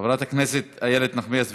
חברת הכנסת איילת נחמיאס ורבין,